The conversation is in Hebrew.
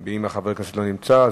אם חבר הכנסת לא נמצא.